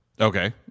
okay